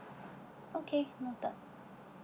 okay noted